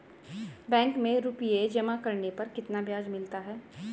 Bank में रुपये जमा करने पर कितना ब्याज मिलता है?